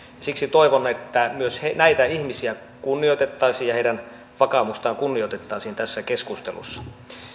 siksi toivon että myös näitä ihmisiä kunnioitettaisiin ja heidän vakaumustaan kunnioitettaisiin tässä keskustelussa